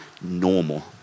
normal